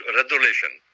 resolution